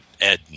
Ed